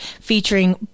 featuring